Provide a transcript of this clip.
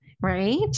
right